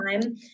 time